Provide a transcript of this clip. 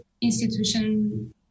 institution